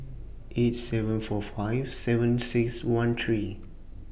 eight seven four five seven six one three